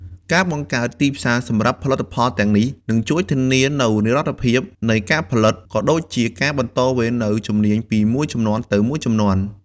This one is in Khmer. ការបង្កើតទីផ្សារសម្រាប់ផលិតផលទាំងនេះ នឹងជួយធានានូវនិរន្តរភាពនៃការផលិត ក៏ដូចជាការបន្តវេននូវជំនាញពីមួយជំនាន់ទៅមួយជំនាន់។